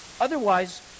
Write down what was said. Otherwise